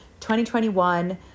2021